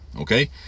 Okay